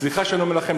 סליחה שאני אומר לכם,